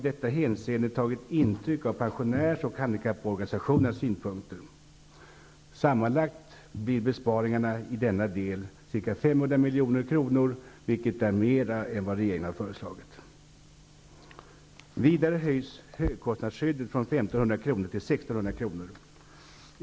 Utskottet har härvid tagit intryck av pensionärs och handikapporganisationernas synpunkter. Sammanlagt blir besparingarna i denna del ca 500 milj.kr., vilket är mer än vad regeringen har räknat med. 1 600 kr.